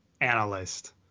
analyst